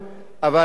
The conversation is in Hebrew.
אבל מצד שני,